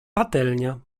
patelnia